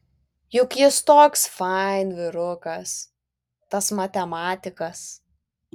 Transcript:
juk jis toks fain vyrukas tas matematikas